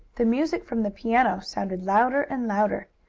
the music from the piano sounded louder and louder.